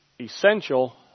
essential